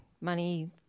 money